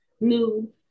New